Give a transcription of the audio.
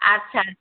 আচ্ছা আচ্ছা